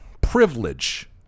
privilege